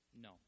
No